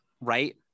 right